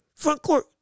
frontcourt